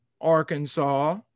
arkansas